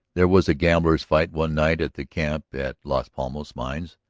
there was a gamblers' fight one night at the camp at las palmas mines,